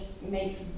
make